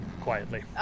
quietly